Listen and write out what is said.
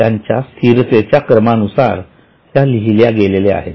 त्यांच्या स्थिरतेच्या क्रमानुसार त्या लिहल्या गेल्या आहेत